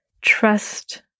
trust